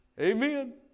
Amen